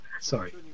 Sorry